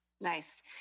nice